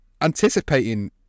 anticipating